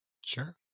Sure